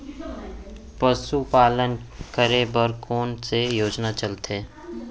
पशुपालन करे बर कोन से योजना चलत हे?